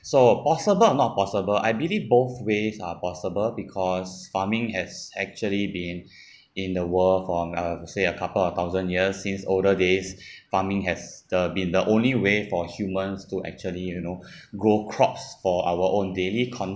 so possible or not possible I believe both ways are possible because farming has actually be in in the world from uh to say a couple of thousand years since older days farming has the been the only way for humans to actually you know grow crops for our own daily